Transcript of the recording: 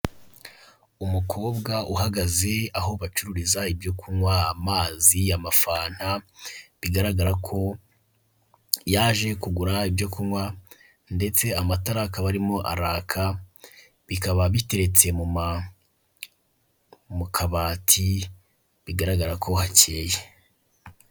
Umukobwa uhagaze aho bacururiza ibyo kunywa, amazi, amafanta, bigaragara ko yaje kugura ibyo kunywa ndetse amatara akaba arimo araka, bikaba biteretse mu kabati bigaragara ko hakeye.